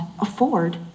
afford